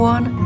One